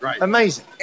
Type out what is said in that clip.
Amazing